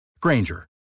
Granger